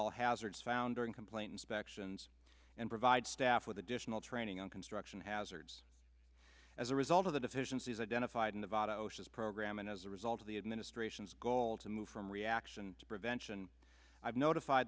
all hazards found during complaint inspections and provide staff with additional training on construction hazards as a result of the deficiencies identified in the votto says program and as a result of the administration's goal to move from reaction to prevention i have notif